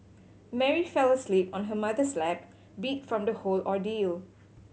Mary fell asleep on her mother's lap beat from the whole ordeal